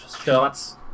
shots